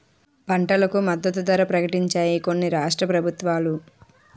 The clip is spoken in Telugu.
పంటలకు మద్దతు ధర ప్రకటించాయి కొన్ని రాష్ట్ర ప్రభుత్వాలు